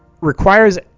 requires